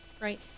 right